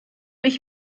ich